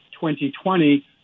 2020